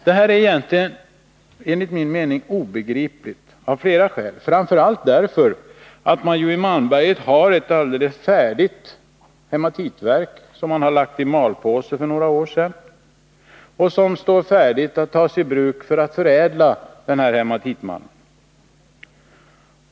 Detta är enligt min mening obegripligt av flera skäl, framför allt därför att man i Malmberget har ett alldeles färdigt hematitverk, som man lade i malpåse för några år sedan. Det står färdigt att tas i bruk för att förädla den här hematitmalmen.